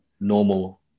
normal